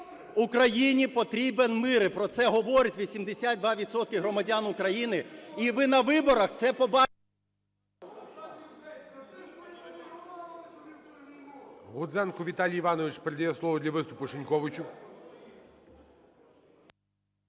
Україні потрібен мир, і про це говорять 82 відсотки громадян України, і ви на виборах це побачите.